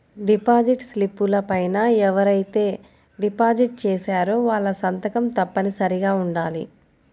deposit స్లిపుల పైన ఎవరైతే డిపాజిట్ చేశారో వాళ్ళ సంతకం తప్పనిసరిగా ఉండాలి